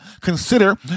consider